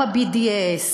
גם ה-BDS,